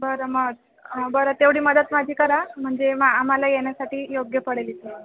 बरं मग बरं तेवढी मदत माझी करा म्हणजे मग आम्हाला येण्यासाठी योग्य पडेल इथे